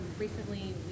Recently